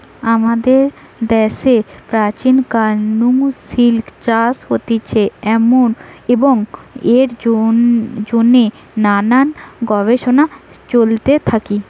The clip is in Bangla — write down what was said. আমাদের দ্যাশে প্রাচীন কাল নু সিল্ক চাষ হতিছে এবং এর জিনে নানান গবেষণা চলতে থাকি